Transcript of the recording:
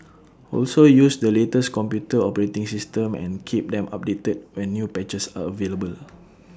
also use the latest computer operating system and keep them updated when new patches are available